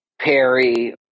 Perry